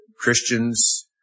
Christians